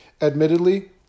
admittedly